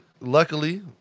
Luckily